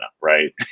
right